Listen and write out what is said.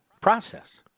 Process